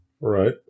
Right